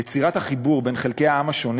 יצירת החיבור בין חלקי העם השונים